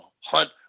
hunt